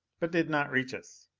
but did not reach us.